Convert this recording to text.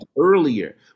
earlier